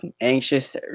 anxious